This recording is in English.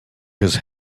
his